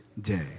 day